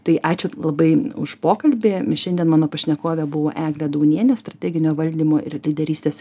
tai ačiū labai už pokalbį mes šiandien mano pašnekovė buvo eglė daunienė strateginio valdymo ir lyderystės